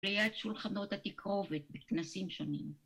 ‫ליד שולחנות התקרובת בכנסים שונים.